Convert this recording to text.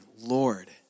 Lord